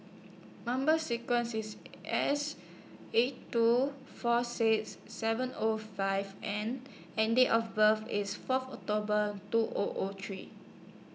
Number sequence IS S eight two four six seven O five N and Date of birth IS Fourth October two O O three